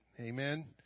Amen